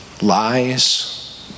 lies